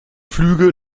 flüge